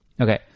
Okay